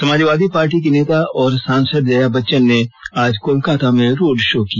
Samajwadi Party की नेता और सांसद जया बच्चन ने आज कोलकाता में रोड शो किया